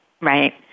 Right